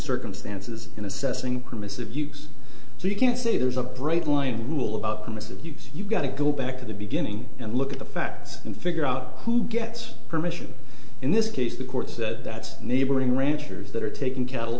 circumstances in assessing permissive use so you can't say there's a bright line rule about permissive use you've got to go back to the beginning and look at the facts and figure out who gets permission in this case the court said that's neighboring ranchers that are taking cattle